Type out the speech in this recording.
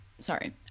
Sorry